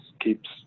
keeps